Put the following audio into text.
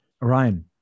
Ryan